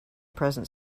present